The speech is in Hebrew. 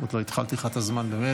עוד לא התחלתי לך את הזמן ממילא.